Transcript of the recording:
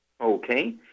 Okay